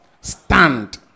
Stand